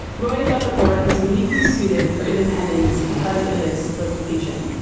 roy thought the fort was uniquely suited for independence because of its location.